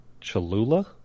Cholula